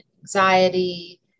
anxiety